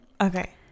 Okay